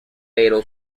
pero